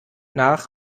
nach